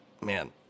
man